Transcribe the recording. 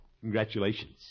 Congratulations